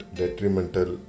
detrimental